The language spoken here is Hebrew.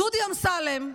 דודי אמסלם,